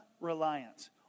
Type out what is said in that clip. reliance